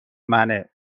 منه